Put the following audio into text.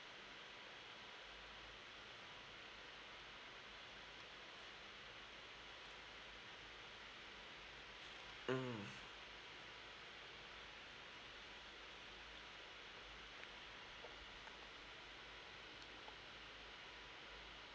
mm